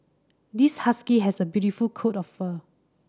this husky has a beautiful coat of fur